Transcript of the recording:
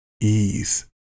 ease